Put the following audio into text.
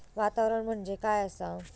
वातावरण म्हणजे काय आसा?